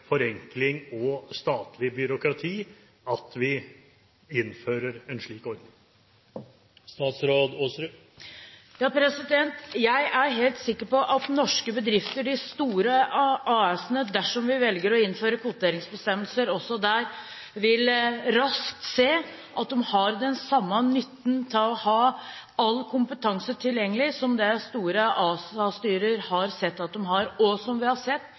forenkling og statlig byråkrati at vi innfører en slik ordning. Jeg er helt sikker på at norske bedrifter, de store AS-ene – dersom vi velger å innføre kvoteringsbestemmelser også der – raskt vil se at de har den samme nytten av å ha all kompetanse tilgjengelig som det store ASA-styrer har sett at de har, og som vi har sett